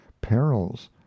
perils